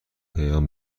پیام